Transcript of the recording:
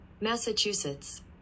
Massachusetts